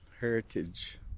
heritage